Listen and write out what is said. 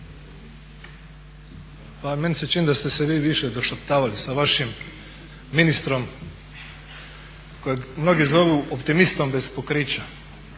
Pa meni se čini da ste se vi više došaptavali sa vašim ministrom kojeg mnogi zovu optimistom bez pokrića,